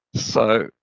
so,